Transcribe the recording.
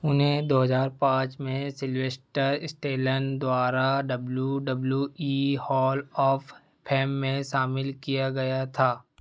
उन्हें दो हज़ार पाँच में सिल्वेस्टर स्टेलन द्वारा W W E hall of fame में शामिल किया गया था